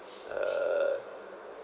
uh